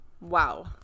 Wow